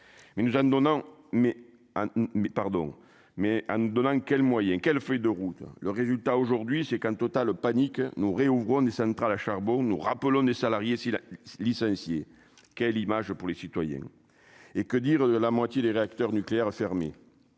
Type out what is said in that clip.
mais en donnant, quels moyens quelle feuille de route, le résultat aujourd'hui c'est qu'un total panique nous réouvre ont des centrales à charbon nous rappelons des salariés si la licencié, quelle image pour les citoyens et que dire de la moitié des réacteurs nucléaires fermer